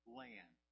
land